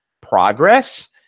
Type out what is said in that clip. progress